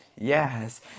Yes